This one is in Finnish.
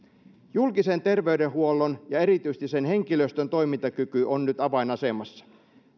julkisen terveydenhuollon ja erityisesti sen henkilöstön toimintakyky on nyt avainasemassa